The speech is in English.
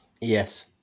Yes